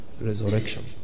resurrection